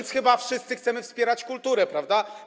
Cóż, chyba wszyscy chcemy wspierać kulturę, prawda?